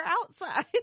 outside